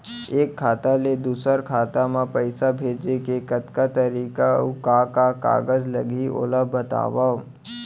एक खाता ले दूसर खाता मा पइसा भेजे के कतका तरीका अऊ का का कागज लागही ओला बतावव?